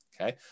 Okay